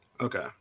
Okay